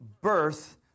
birth